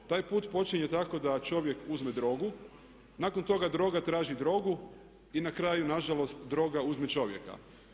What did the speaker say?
Taj put počinje tako da čovjek uzme drogu, nakon toga droga traži drogu i na kraju na žalost droga uzme čovjeka.